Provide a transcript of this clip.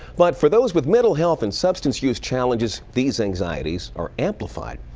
but for those with mental health and substance use challenges, these anxieties are amplified.